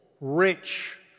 rich